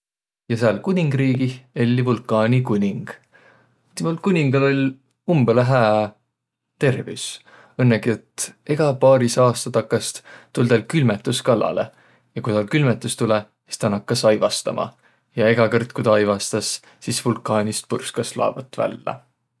Ja sääl kuningriigih elli vulkaanikuning. Tuul kuningal oll' umbõlõ hää tervüs. Õnnõgi et egä paarisaa aastaga takast tull' täl külmetüs kallalõ. Ja ku täl külmetüs tulõ, sis tä nakkas aivastama. Ja egä kõrd, ku tä aivastas, sis vulkaanist purskas laavat vällä.